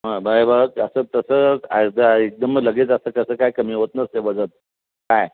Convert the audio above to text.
हां बाय बा असं तसं आज एकदम लगेच असं तसं काय कमी होत नसते वजन काय